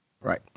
Right